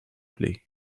plait